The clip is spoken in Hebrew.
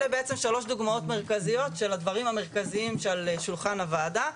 אלה למעשה שלוש דוגמאות מרכזיות של הדברים המרכזיים שעל שולחן הוועדה.